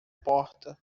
porta